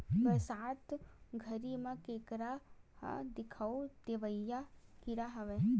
बरसात घरी म केंकरा ह दिखउल देवइया कीरा हरय